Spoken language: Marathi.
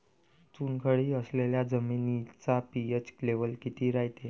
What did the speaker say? चुनखडी असलेल्या जमिनीचा पी.एच लेव्हल किती रायते?